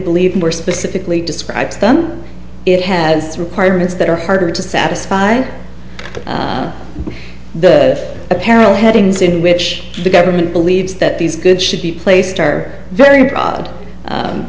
believe more specifically describes then it has its requirements that are harder to satisfy the apparel headings in which the government believes that these goods should be placed are very broad